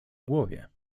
głowie